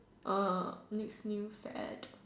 err next new fad